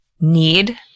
need